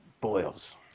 boils